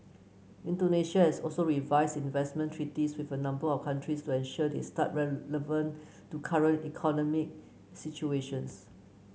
Indonesia has also revised investment treaties with a number of countries to ensure they stay relevant to current economic situations